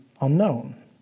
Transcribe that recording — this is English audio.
unknown